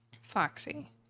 Foxy